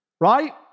right